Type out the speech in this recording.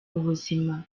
ubuzima